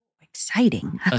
Exciting